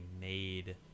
made